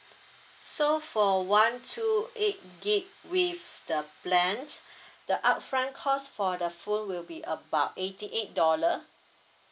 so for one two eight gigabyte with the plans the upfront cost for the phone will be about eighty eight dollar